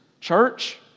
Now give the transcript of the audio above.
Church